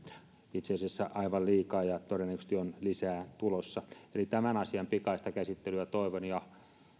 itse asiassa aivan liikaa ja todennäköisesti on lisää tulossa eli tämän asian pikaista käsittelyä toivon ja